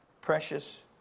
precious